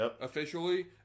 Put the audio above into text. officially